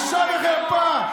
רק מגינה עליך ועל מעמדך, תצא מפה.